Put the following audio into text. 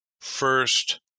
First